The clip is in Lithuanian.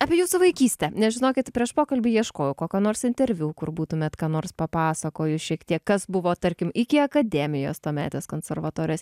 apie jūsų vaikystę nes žinokit prieš pokalbį ieškojau kokio nors interviu kur būtumėt ką nors papasakojus šiek tiek kas buvo tarkim iki akademijos tuometės konservatorijos